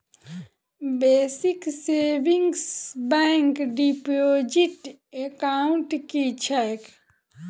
Basic savings bank deposit account की छैक?